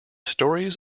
stories